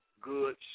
good